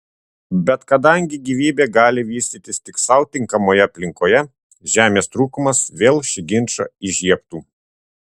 bet kadangi gyvybė gali vystytis tik sau tinkamoje aplinkoje žemės trūkumas vėl šį ginčą įžiebtų